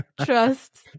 Trust